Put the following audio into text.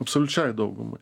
absoliučiai daugumai